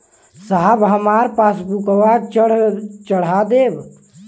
साहब हमार पासबुकवा चढ़ा देब?